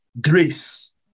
grace